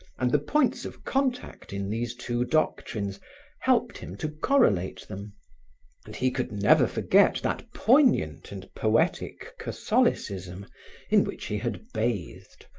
and the points of contact in these two doctrines helped him to correlate them and he could never forget that poignant and poetic catholicism in which he had bathed,